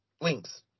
links